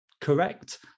correct